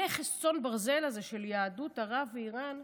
נכס צאן ברזל הזה של יהדות ערב ואיראן,